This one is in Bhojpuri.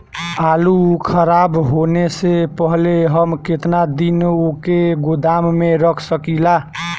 आलूखराब होने से पहले हम केतना दिन वोके गोदाम में रख सकिला?